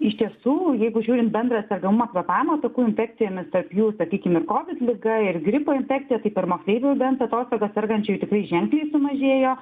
iš tiesų jeigu žiūrint bendrą sergaumą kvėpavimo takų infekcijomis tarp jų sakykim ir covid liga ir gripo infekcija tai per moksleivių bent atostogas sergančiųjų tikrai ženkliai sumažėjo